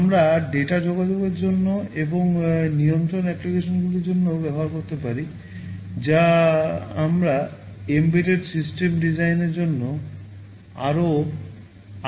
আমরা ডেটা যোগাযোগের জন্য এবং নিয়ন্ত্রণ অ্যাপ্লিকেশনগুলির জন্যও ব্যবহার করতে পারি যা আমরা এমবেডেড সিস্টেম ডিজাইনের জন্য আরও আগ্রহী হতে চাই